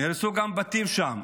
נהרסו גם בתים שם,